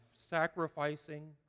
sacrificing